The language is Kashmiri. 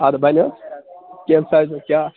اَدٕ بَنہِ حظ کمہِ سایزُک کیٛاہ